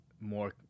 more